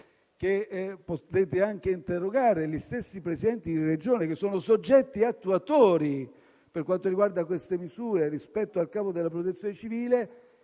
vi sfido anche a interrogare gli stessi Presidenti di Regione, che sono soggetti attuatori per quanto riguarda dette misure rispetto al capo della Protezione civile;